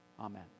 amen